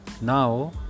now